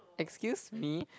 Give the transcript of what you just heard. excuse me